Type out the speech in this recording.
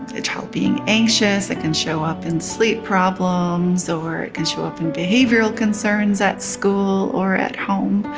a child being anxious. it can show up in sleep problems or it can show up in behavioral concerns at school or at home.